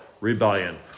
rebellion